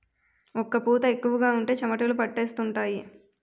ఒక్క పూత ఎక్కువగా ఉంటే చెమటలు పట్టేస్తుంటాయి